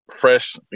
fresh